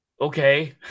Okay